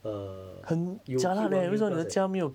err 有 hit one mil plus like that